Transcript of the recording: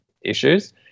issues